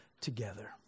together